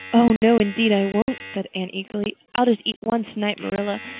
oh, no, indeed, i won't, said anne eagerly. i'll just eat one tonight, marilla.